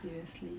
seriously